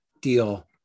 deal